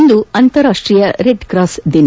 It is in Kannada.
ಇಂದು ಅಂತಾರಾಷ್ಷೀಯ ರೆಡ್ಕ್ರಾಸ್ ದಿನ